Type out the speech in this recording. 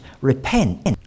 repent